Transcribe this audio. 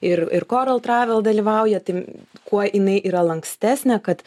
ir ir koral travel dalyvauja tai kuo jinai yra lankstesnė kad